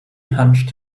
hunched